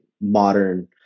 modern